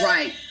Right